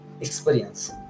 experience